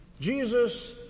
Jesus